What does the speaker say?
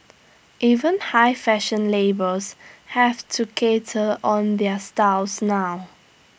even high fashion labels have to cater on their styles now